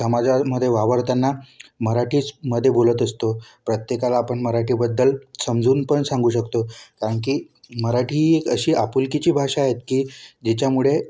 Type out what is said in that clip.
समाजामध्ये वावरताना मराठीचमध्ये बोलत असतो प्रत्येकाला आपण मराठीबद्दल समजावून पण सांगू शकतो कारण की मराठी ही एक अशी आपुलकीची भाषा आहे की जिच्यामुळे